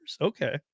Okay